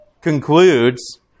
concludes